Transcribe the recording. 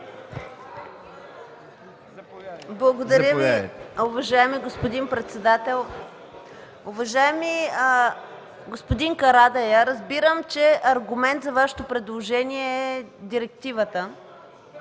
Благодаря Ви, уважаеми господин председател. Уважаеми господин Карадайъ, разбирам, че аргумент за Вашето предложение е директивата,